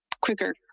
quicker